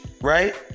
Right